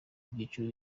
byiciro